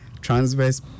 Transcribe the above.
transverse